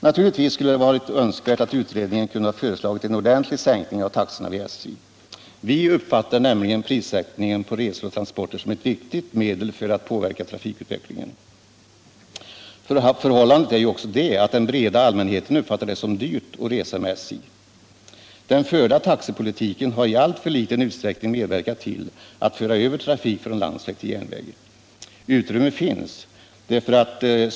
Naturligtvis skulle det ha varit önskvärt att utredningen kunnat föreslå en ordentlig sänkning av taxorna vid SJ. Vi betraktar nämligen prissättningen på resor och transporter som ett viktigt medel för att påverka trafikutvecklingen. Förhållandet är ju också det att den breda allmänheten uppfattar det som dyrt att resa med SJ. Den förda taxepolitiken har i alltför liten utsträckning medverkat till att föra över trafik från landsväg tilljärnväg. Utrymme finns.